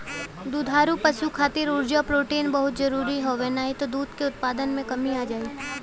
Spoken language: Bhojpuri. दुधारू पशु खातिर उर्जा, प्रोटीन बहुते जरुरी हवे नाही त दूध के उत्पादन में कमी आ जाई